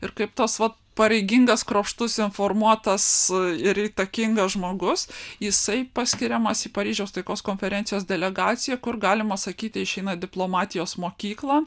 ir kaip tas vat pareigingas kruopštus informuotas ir įtakingas žmogus jisai paskiriamas į paryžiaus taikos konferencijos delegaciją kur galima sakyti išeina diplomatijos mokyklą